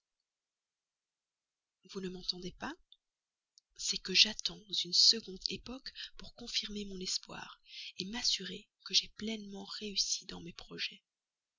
vous ne m'entendez pas c'est que j'attends une seconde époque pour confirmer mon espoir m'assurer que j'ai pleinement réussi dans mes projets